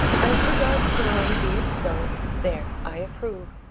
as regards glory be it so there, i approve.